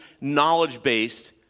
knowledge-based